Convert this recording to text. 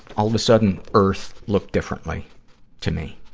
all of a sudden, earth looked differently to me.